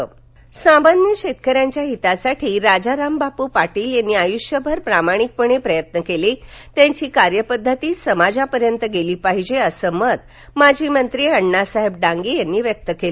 पाटील सांगली सामान्य शेतकऱ्यांच्या हितासाठी राजारामबापू पाटील यांनी आयष्यभर प्रामाणिक प्रयत्न केले त्यांची कार्यपद्धती समाजापर्यंत गेली पाहिजे असं मत माजी मंत्री अण्णासाहेब डांगे यांनी व्यक्त केलं